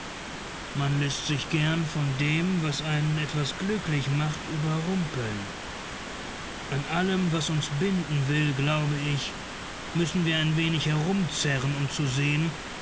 man läßt sich gern von dem was einen etwas glücklich macht überrumpeln an allem was uns binden will glaube ich müssen wir ein wenig herumzerren um zu sehen